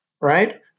right